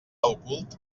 ocult